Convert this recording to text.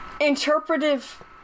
interpretive